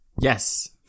Yes